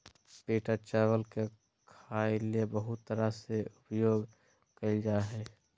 पिटा चावल के खाय ले बहुत तरह से उपयोग कइल जा हइ